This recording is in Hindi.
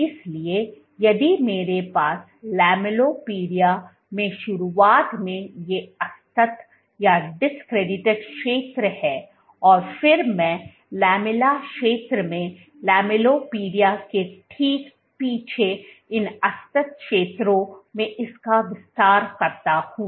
इसलिए यदि मेरे पास लैमेलिपोडिया में शुरुआत में ये असतत क्षेत्र हैं और फिर मैं लमेला क्षेत्र में लैमेलिपोडिया के ठीक पीछे इन असतत क्षेत्रों में इसका विस्तार करता हूं